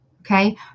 okay